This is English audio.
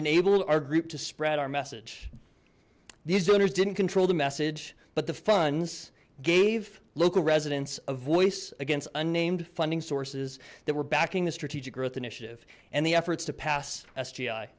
enabled our group to spread our message these donors didn't control the message but the funds gave local residents a voice against unnamed funding sources that were backing the strategic growth initiative and the efforts to pass s